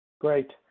Great